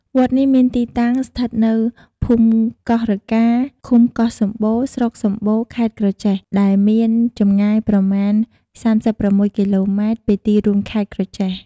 វត្តនេះមានទីតាំងស្ថិតនៅភូមិកោះរកា ឃុំកោះសំបូរ ស្រុកសំបូរ ខេត្តក្រចេះ ដែលមានចម្ងាយប្រមាណ ៣៦ គីឡូម៉ែត្រ ពីទីរួមខេត្តក្រចេះ ។